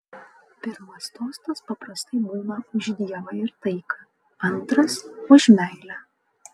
pirmas tostas paprastai būna už dievą ir taiką antras už meilę